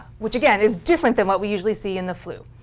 which again, is different than what we usually see in the flu.